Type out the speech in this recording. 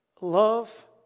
love